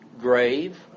grave